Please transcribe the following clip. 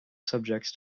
subjects